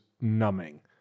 numbing